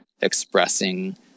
expressing